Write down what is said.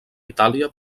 itàlia